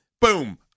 Boom